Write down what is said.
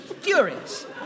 Furious